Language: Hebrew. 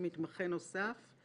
מתמחה נוסף,